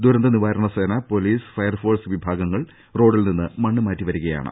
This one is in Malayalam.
ദുരന്ത നിവാരണ സേന പൊലീസ് ഫയർഫോഴ്സ് വിഭാഗങ്ങൾ റോഡിൽനിന്നും മണ്ണൂമാറ്റി വരികയാണ്